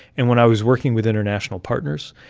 and when i was working with international partners,